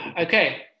Okay